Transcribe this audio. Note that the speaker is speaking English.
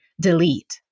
delete